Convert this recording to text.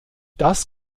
das